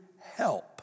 help